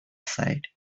side